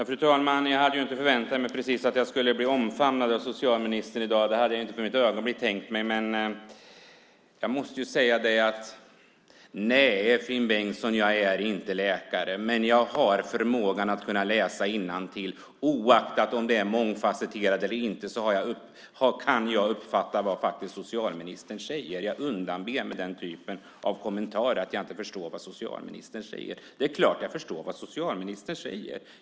Fru talman! Jag hade inte precis förväntat mig att jag skulle bli omfamnad av socialministern i dag. Det hade jag inte för ett ögonblick tänkt mig. Men jag måste säga till Finn Bengtsson: Nej, jag är inte läkare, men jag har förmågan att läsa innantill. Oaktat om det är mångfasetterat eller inte kan jag faktiskt uppfatta vad socialministern säger. Jag undanber mig den typen av kommentarer om att jag inte förstår vad socialministern säger. Det är klart att jag förstår vad socialministern säger.